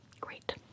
great